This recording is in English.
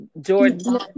Jordan